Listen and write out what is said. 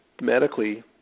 medically